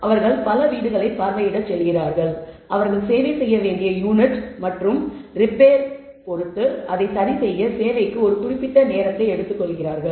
அவர்கள் பல வீடுகளைப் பார்வையிடச் செல்கிறார்கள் அவர்கள் சேவை செய்ய வேண்டிய யூனிட் மற்றும் ரிப்பேர் பொறுத்து அதை சரி செய்ய சேவைக்கு ஒரு குறிப்பிட்ட நேரத்தை எடுத்துக் கொள்கிறார்கள்